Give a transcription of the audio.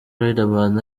riderman